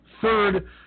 Third